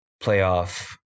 playoff